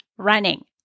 running